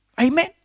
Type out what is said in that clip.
Amen